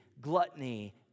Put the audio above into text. gluttony